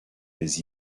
les